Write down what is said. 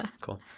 Cool